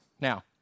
Now